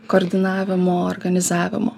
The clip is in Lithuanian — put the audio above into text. koordinavimo organizavimo